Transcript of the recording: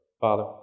Father